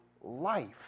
life